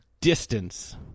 distance